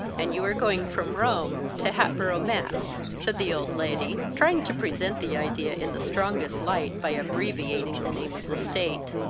and you are going from rome to hatboro', mass, said the old lady, trying to present the idea in the strongest light by abbreviating the name of the state.